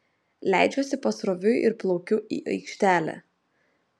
leidžiuosi pasroviui ir plaukiu į aikštelę